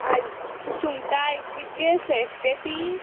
आं सुंगटां आयचीच गे फ्रॅश गे तीं